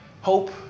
hope